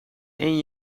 één